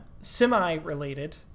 Semi-related